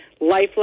life